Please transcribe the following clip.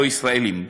לא ישראלים.